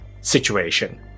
situation